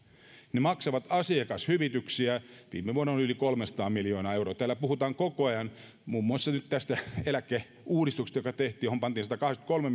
ne yhtiöt maksavat asiakashyvityksiä viime vuonna yli kolmesataa miljoonaa euroa täällä puhutaan koko ajan muun muassa nyt tästä eläkeuudistuksesta joka tehtiin ja jossa pantiin satakahdeksankymmentäkolme